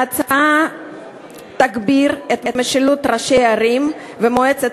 ההצעה תגביר את המשילות של ראשי הערים ומועצת